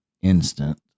instant